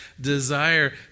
desire